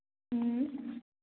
ꯎꯝ